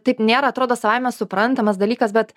taip nėra atrodo savaime suprantamas dalykas bet